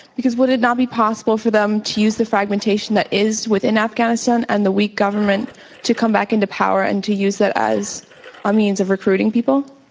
because would it not be possible for them to use the fragmentation that is within afghanistan and the weak government to come back into power and to use it as a means of recruiting people?